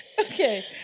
Okay